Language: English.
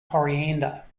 coriander